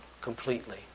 completely